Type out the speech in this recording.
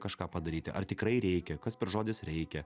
kažką padaryti ar tikrai reikia kas per žodis reikia